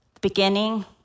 beginning